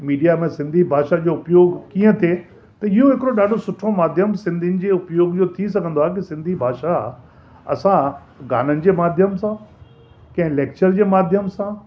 media में सिंधी भाषा जो उपयोगु कीअं थिए त इहो हिकिड़ो ॾाढो सुठो माध्यम सिंधियुनि जे उपयोग जो थी सघंदो आहे की सिंधी भाषा असां गाननि जे माध्यम सां कंहिं लेक्चर जे माध्यम सां